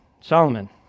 Solomon